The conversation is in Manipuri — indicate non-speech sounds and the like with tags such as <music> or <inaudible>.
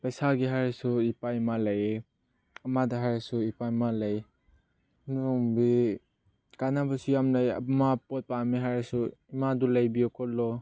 ꯄꯩꯁꯥꯒꯤ ꯍꯥꯏꯔꯁꯨ ꯏꯄꯥ ꯏꯃꯥ ꯂꯩꯌꯦ ꯑꯃꯗ ꯍꯥꯏꯔꯁꯨ ꯏꯄꯥ ꯏꯃꯥ ꯂꯩ <unintelligible> ꯀꯥꯟꯅꯕꯁꯨ ꯌꯥꯝ ꯂꯩ ꯏꯃꯥ ꯄꯣꯠ ꯄꯥꯝꯃꯦ ꯍꯥꯏꯔꯁꯨ ꯏꯃꯥ ꯑꯗꯨ ꯂꯩꯕꯤꯌꯣ ꯈꯣꯠꯂꯣ